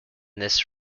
this